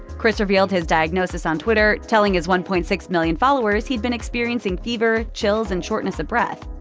chris revealed his diagnosis on twitter, telling his one point six million followers he'd been experiencing fever, chills, and shortness of breath.